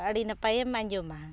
ᱟᱹᱰᱤ ᱱᱟᱯᱟᱭᱮᱢ ᱟᱸᱡᱚᱢᱟ